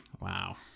Wow